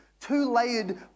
two-layered